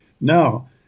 Now